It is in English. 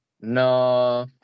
No